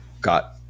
got